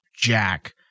Jack